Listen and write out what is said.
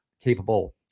capable